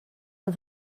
els